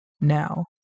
Now